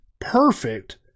perfect